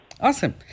Awesome